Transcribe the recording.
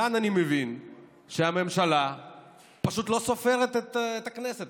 כאן אני מבין שהממשלה פשוט לא סופרת את הכנסת,